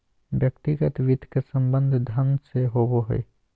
व्यक्तिगत वित्त के संबंध धन से होबो हइ